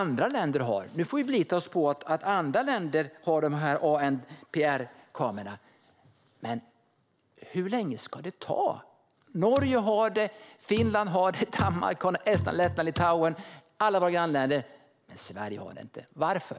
Nu får vi förlita oss på att andra länder har de här ANPR-kamerorna. Hur lång tid ska det ta? Norge, Finland, Danmark, Estland, Lettland och Litauen har det - alla våra grannländer. Men Sverige har det inte. Varför?